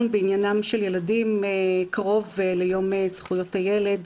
בעניינם של ילדים קרוב ליום זכויות הילד,